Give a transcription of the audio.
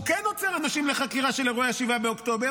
הוא כן עוצר אנשים לחקירה של אירועי 7 באוקטובר,